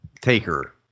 Taker